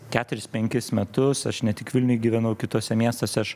keturis penkis metus aš ne tik vilniuj gyvenau kituose miestuose aš